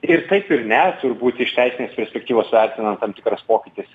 ir taip ir ne turbūt iš teisinės perspektyvos vertinant tam tikras pokytis